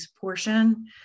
portion